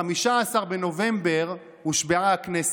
ב-15 בנובמבר הושבעה הכנסת,